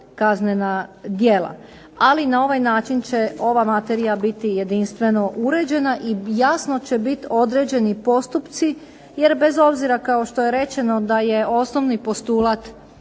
kaznena djela. Ali na ovaj način će ova materija biti jedinstveno uređena, i jasno će biti određeni postupci jer bez obzira kao što je rečeno da je osnovni postulat